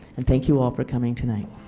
and thank you all for coming tonight.